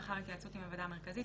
לאחר התייעצות עם הוועדה המרכזית,